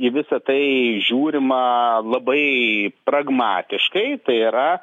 į visa tai žiūrima labai pragmatiškai tai yra